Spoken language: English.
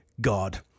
god